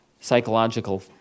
psychological